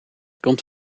komt